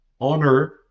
honor